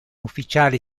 ufficiale